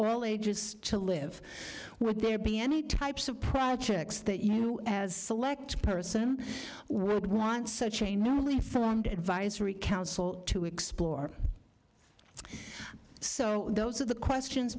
all ages to live would there be any types of projects that you as select person would want such a newly formed advisory council to explore so those are the questions